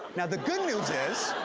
now, the good news is.